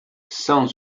cent